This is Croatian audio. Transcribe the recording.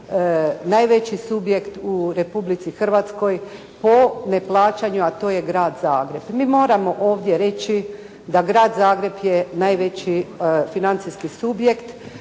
najveći subjekt u Republici Hrvatskoj po neplaćanju, a to je Grad Zagreb. Mi moramo ovdje reći da Grad Zagreb je najveći financijski subjekt